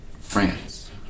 France